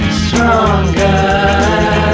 stronger